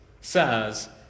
says